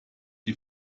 die